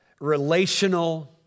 relational